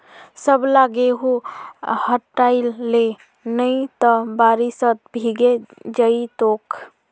सबला गेहूं हटई ले नइ त बारिशत भीगे जई तोक